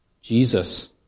Jesus